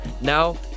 Now